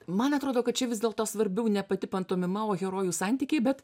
man atrodo kad čia vis dėlto svarbiau ne pati pantomima o herojų santykiai bet